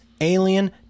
Alien